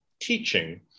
teaching